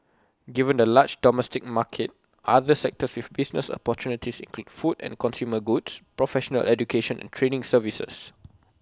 given the large domestic market other sectors with business opportunities include food and consumer goods professional education and training services